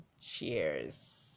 cheers